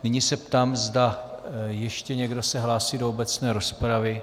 Nyní se ptám, zda se ještě někdo hlásí do obecné rozpravy.